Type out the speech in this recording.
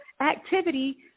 activity